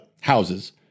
houses